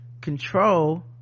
control